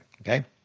okay